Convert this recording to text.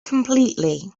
completely